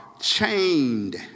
chained